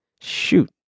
Shoot